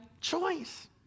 choice